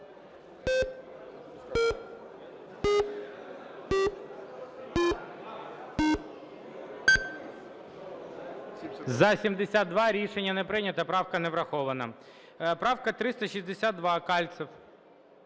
За-72 Рішення не прийнято. Правка не врахована. Правка 362, Кальцев.